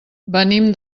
venim